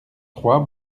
trois